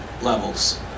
levels